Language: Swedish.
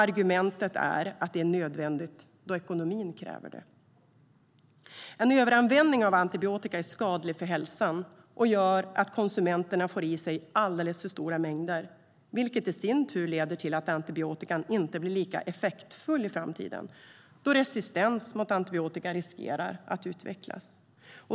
Argumentet är att det är nödvändigt då ekonomin kräver det. En överanvändning av antibiotika är skadlig för hälsan och gör att konsumenterna får i sig alldeles för stora mängder, vilket i sin tur leder till att antibiotikan inte blir lika effektfull i framtiden, då resistens mot antibiotika riskerar att utvecklas.